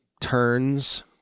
turns